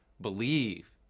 believe